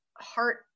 heart